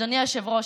אדוני היושב-ראש,